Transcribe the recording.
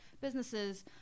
businesses